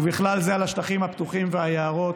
ובכלל זה על השטחים הפתוחים והיערות.